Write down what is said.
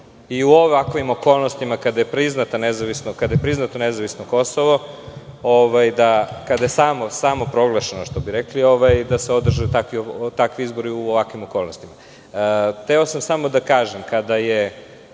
i u ovakvim okolnostima, kada je priznato nezavisno Kosovo, kada je samo proglašeno, što bi rekli, da se održe takvi izbori u ovakvim okolnostima. Hteo sam samo da kažem kada je